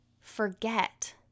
forget